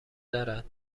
دارد